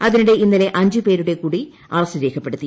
അതിനിടെ ഇന്നലെ അഞ്ചുപേരുടെ കൂടി അറസ്റ്റ് രേഖപ്പെടുത്തി